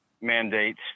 mandates